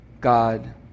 God